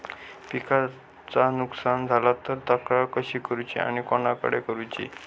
पिकाचा नुकसान झाला तर तक्रार कशी करूची आणि कोणाकडे करुची?